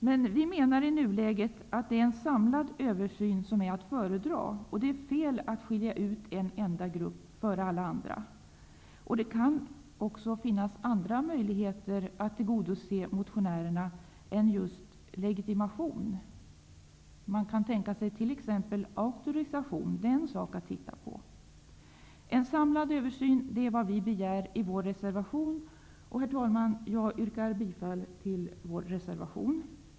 I nuläget menar vi att en samlad översyn är att föredra. Det är fel att skilja ut en enda grupp före alla andra. Det kan också finnas andra möjligheter än just legitimation för att tillgodose motionärerna. Man kan tänka sig t.ex. auktorisation. En samlad översyn är vad vi begär i vår reservation. Herr talman! Jag yrkar bifall till vår reservation.